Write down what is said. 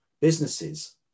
businesses